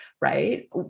right